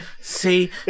See